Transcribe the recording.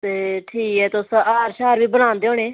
ते ठीक ऐ तुस हार बी बनांदे होन्ने